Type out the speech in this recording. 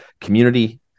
community